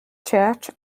church